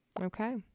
Okay